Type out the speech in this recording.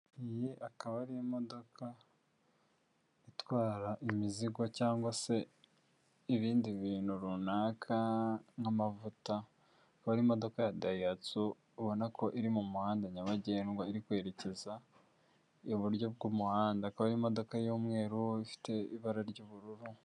Iyi akaba ari imodoka itwara imizigo cyangwa se ibindi bintu runaka nk'amavuta aba ari imodoka ya dayihatsu ubonako iri mu muhanda nyabagendwa iri kwerekeza iburyo bw'umuhanda akaba ari imodoka y'umweru ifite ibara ry'ubururu.